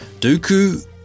Dooku